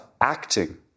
acting